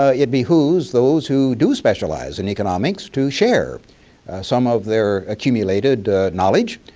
ah it behooves those who do specialize in economics to share some of their accumulated knowledge,